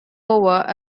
over